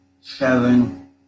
seven